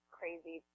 crazy